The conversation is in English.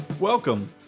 Welcome